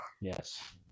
Yes